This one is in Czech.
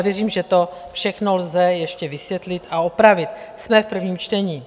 Věřím, že to všechno lze ještě vysvětlit a opravit, jsme v prvním čtení.